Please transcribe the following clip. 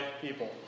people